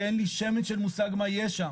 שאין לי שמץ של מושג מה יש שם.